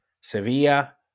Sevilla